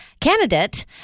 candidate